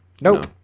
Nope